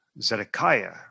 Zedekiah